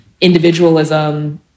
individualism